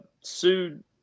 sued